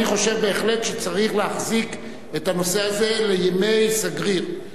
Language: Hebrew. אני חושב בהחלט שצריך להחזיק את הנושא הזה לימי סגריר,